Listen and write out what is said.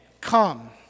Come